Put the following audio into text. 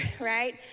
right